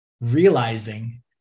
realizing